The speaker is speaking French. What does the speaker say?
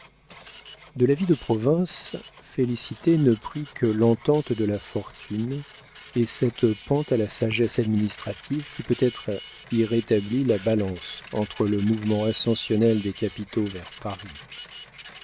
de la vie de province félicité ne prit que l'entente de la fortune et cette pente à la sagesse administrative qui peut-être y rétablit la balance entre le mouvement ascensionnel des capitaux vers paris